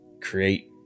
create